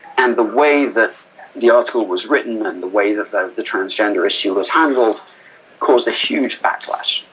and the way that the article was written and the way that but the transgender issue was handled caused a huge backlash.